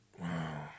Wow